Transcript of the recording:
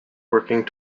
working